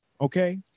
okay